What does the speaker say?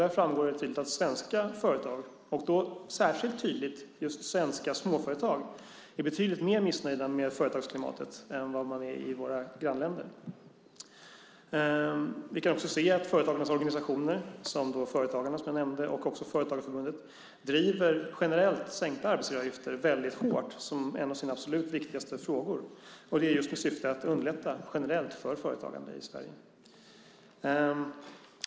Där framgår det tydligt att svenska företag, särskilt svenska småföretag, är betydligt mer missnöjda med företagsklimatet än vad man är i våra grannländer. Vi kan också se att företagarnas organisationer, till exempel Företagarna och Företagarförbundet, hårt driver generellt sänkta arbetsgivaravgifter som en av sina viktigaste frågor. Det gör man just i syfte att generellt underlätta för företagande i Sverige.